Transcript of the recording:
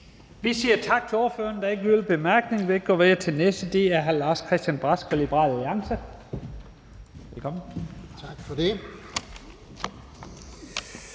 Vi siger tak til ordføreren. Der er ingen korte bemærkninger. Vi går videre til den næste, og det er hr. Lars Christian Brask fra Liberal Alliance.